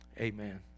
Amen